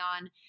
on